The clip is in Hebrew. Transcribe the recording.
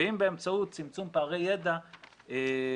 ואם באמצעות צמצום פערי ידע ומו"פ,